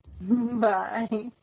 Bye